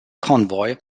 convoy